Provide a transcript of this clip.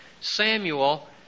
Samuel